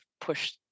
push